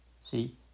See